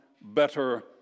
better